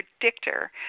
predictor